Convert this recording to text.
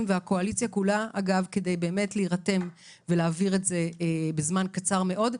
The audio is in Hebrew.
והקואליציה כולה כדי להירתם ולהעביר את זה בזמן קצר מאוד.